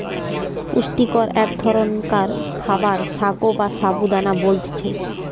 পুষ্টিকর এক ধরণকার খাবার সাগো বা সাবু দানা বলতিছে